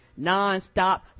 nonstop